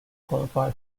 qualify